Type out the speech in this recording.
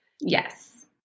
Yes